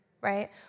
right